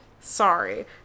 sorry